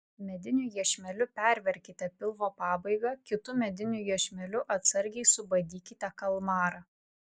mediniu iešmeliu perverkite pilvo pabaigą kitu mediniu iešmeliu atsargiai subadykite kalmarą